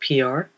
PR